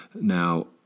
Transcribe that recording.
Now